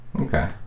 Okay